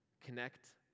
Connect